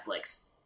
Netflix